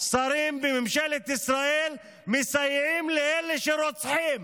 שרים בממשלת ישראל מסייעים לאלה שרוצחים